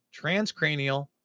transcranial